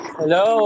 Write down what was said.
hello